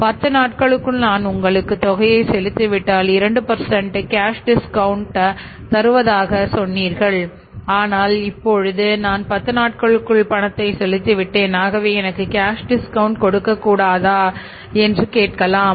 10 நாட்களுக்குள் நான் உங்களுக்கு தொகையை செலுத்தி விட்டால் 2 கேஷ் டிஸ்கவுண்ட் கொடுக்கக் கூடாதா என்று கேட்கலாம்